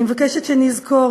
אני מבקשת שנזכור